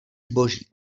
zboží